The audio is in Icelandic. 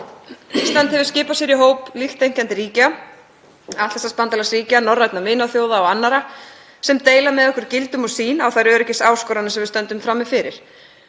Ísland hefur skipað sér í hóp líkt þenkjandi ríkja, Atlantshafsbandalagsríkja, norrænna vinaþjóða og annarra sem deila með okkur gildum og sýn á þær öryggisáskoranir sem við stöndum frammi fyrir.